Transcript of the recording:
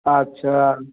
अच्छा